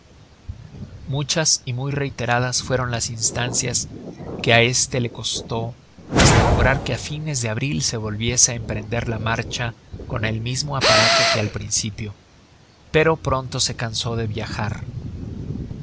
muchas y muy reiteradas fueron las instancias que á este le costó hasta lograr que á fines de abril se volviese á emprender la marcha con el mismo aparato que al principio pero pronto se cansó de viajar